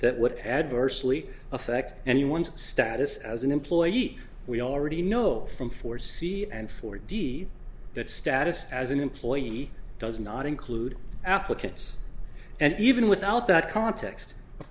that would adversely affect anyone's status as an employee we already know from four c and four d that status as an employee does not include applicants and even without that context